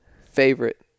favorite